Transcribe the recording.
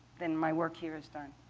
then my work here is done.